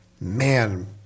man